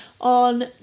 on